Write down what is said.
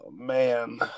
man